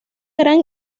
gran